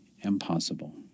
impossible